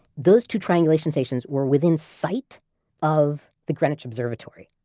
those two triangulation stations were within sight of the greenwich observatory.